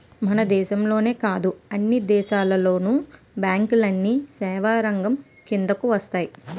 మన దేశంలోనే కాదు అన్ని దేశాల్లోను బ్యాంకులన్నీ సేవారంగం కిందకు వస్తాయి